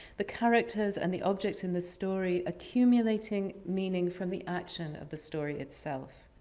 the characters and the objects in the story accumulating meaning from the action of the story itself.